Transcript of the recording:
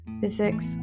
physics